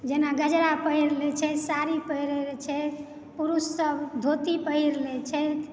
जेना गजरा पहिर लैत छै साड़ी पहिर लैत छै पुरुषसभ धोती पहिर लैत छै